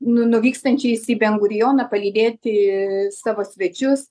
nu nuvykstančiais į bengurioną palydėti savo svečius